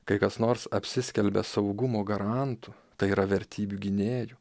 kai kas nors apsiskelbia saugumo garantu tai yra vertybių gynėju